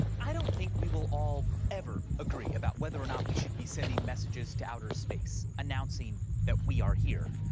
i don't think we will all ever agree about whether or not we should be sending messages to outer space announcing that we are here.